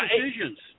decisions